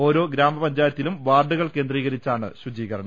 ഓരോ ഗ്രാമപഞ്ചായ ത്തിലും വാർഡുകൾ കേന്ദ്രീകരിച്ചാണ് ശുചീകരണം